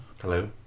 Hello